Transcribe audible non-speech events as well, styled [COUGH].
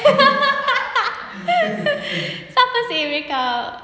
[LAUGHS] siapa seh breakup